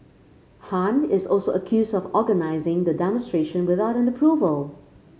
Han is also accused of organising the demonstration without an approval